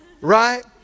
right